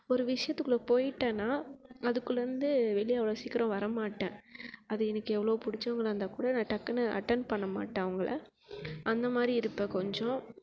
ஒரு விஷயத்துக்குள்ள போய்ட்டேன்னால் அதுக்குள்ளேருந்து வெளியே அவ்வளோ சீக்கரம் வரமாட்டேன் அது எனக்கு எவ்வளோ பிடிச்சவாங்களா இருந்தால்கூட நான் டக்குன்னு அட்டென்ட் பண்ணமாட்டேன் அவங்கள அந்த மாதிரி இருப்பேன் கொஞ்சம்